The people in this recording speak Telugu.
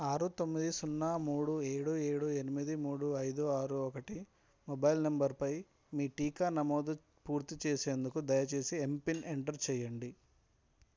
ఆరు తొమ్మిది సున్నా మూడు ఏడు ఏడు ఎనిమిది మూడు ఐదు ఆరు ఒకటి మొబైల్ నంబరుపై మీ టీకా నమోదు పూర్తి చేసేందుకు దయచేసి యమ్పిన్ ఎంటర్ చెయ్యండి